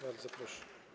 Bardzo proszę.